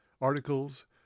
articles